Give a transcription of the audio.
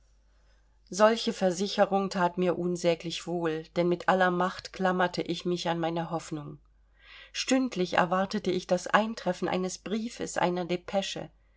solche versicherung that mir unsäglich wohl denn mit aller macht klammerte ich mich an meine hoffnung stündlich erwartete ich das eintreffen eines briefes einer depesche